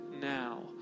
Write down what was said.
now